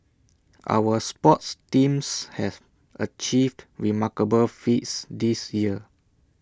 our sports teams have achieved remarkable feats this year